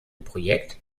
projekt